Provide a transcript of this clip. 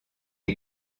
est